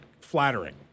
flattering